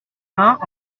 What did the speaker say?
mains